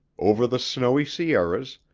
over the snowy sierras,